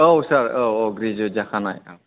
औ सार औ औ ग्रेजुवेट जाखानाय आं